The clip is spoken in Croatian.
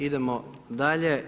Idemo dalje.